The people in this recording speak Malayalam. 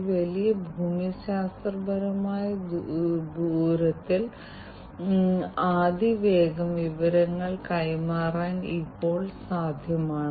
അതിനാൽ IIoT IoT എന്നിവയുടെ വരവോടെ പൊതുവേ രോഗിയുടെ ആരോഗ്യനില തുടർച്ചയായി നിരീക്ഷിക്കുന്നത് ഇപ്പോൾ സാധ്യമാണ്